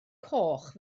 coch